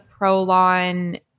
prolon